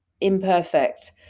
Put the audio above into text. imperfect